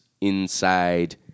inside